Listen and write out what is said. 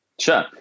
Sure